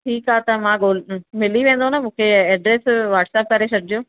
ठीकु आहे त मां गोल मिली वेंदव न मूंखे एड्रैस व्हाटसैप करे छॾिजो